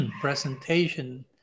presentation